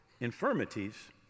infirmities